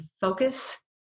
focus